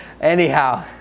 Anyhow